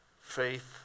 faith